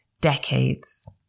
decades